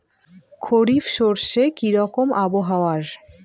খরিফ শস্যে কি রকম আবহাওয়ার?